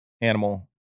animal